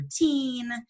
routine